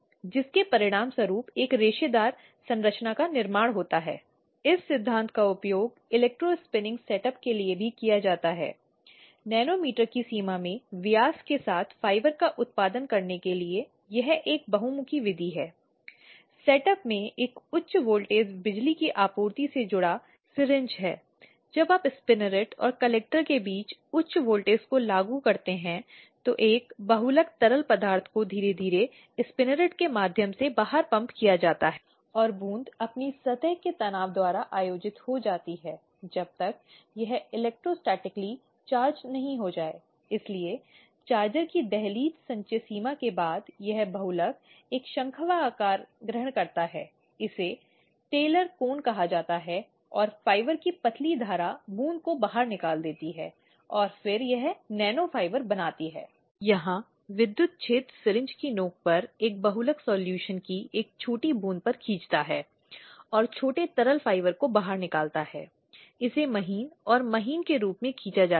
और सभी वैकल्पिक पक्षों के नियम का बहुत महत्वपूर्ण पहलू जो कहता है कि पक्षों को सुनें इसलिए यह ऐसी स्थिति नहीं हो सकती है कि पीड़ित को सुना जाए और उसके बाद आरोपी को नहीं सुना जाए या आरोपी को प्रभावशाली स्थिति में रखा जाए कहानी के अपने हिस्से को समझाने के लिए जबकि पीड़ित के आरोप को नजरअंदाज किया जाता है यह ऐसी स्थिति नहीं हो सकती है लेकिन दोनों पक्ष चाहे जो भी हों चाहे उनकी वरिष्ठता उनके पद से अलग हो और उन सभी विवरणों के संबंध में ठोस और यथार्थ पूर्ण होना चाहिए जो वे रिकॉर्ड पर रखना चाहते हैं